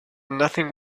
nothing